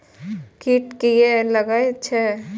कीट किये लगैत छै?